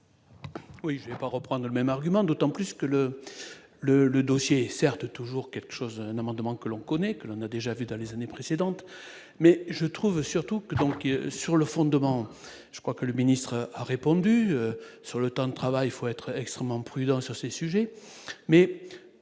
Oui, j'ai pas reprendre le même argument d'autant plus que le le le dossier certes toujours quelque chose, un amendement que l'on connaît, que l'on a déjà vu dans les années précédentes, mais je trouve surtout que donc sur le fondement, je crois que le ministre a répondu sur le temps de travail, il faut être extrêmement prudent sur ces sujets, mais